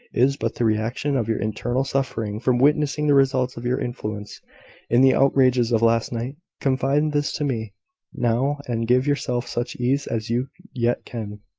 is but the reaction of your internal suffering from witnessing the results of your influence in the outrages of last night. confide this to me now, and give yourself such ease as you yet can.